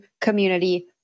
community